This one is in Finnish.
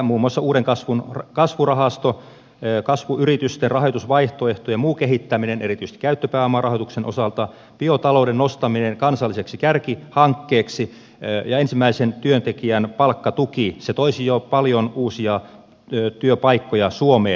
muun muassa uuden kasvun kasvurahasto kasvuyritysten rahoitusvaihtoehtojen muu kehittäminen erityisesti käyttöpääomarahoituksen osalta biotalouden nostaminen kansalliseksi kärkihankkeeksi ja ensimmäisen työntekijän palkkatuki joka toisi jo paljon uusia työpaikkoja suomeen